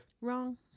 Wrong